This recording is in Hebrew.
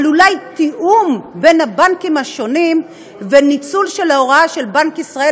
אולי לתיאום בין הבנקים וניצול ההוראה של בנק ישראל